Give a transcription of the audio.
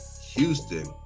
Houston